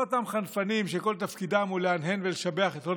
לא אותם חנפנים שכל תפקידם הוא להנהן ולשבח את הוד